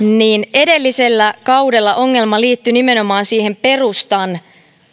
edellisellä kaudella ongelma liittyi nimenomaan siihen perustan